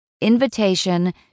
Invitation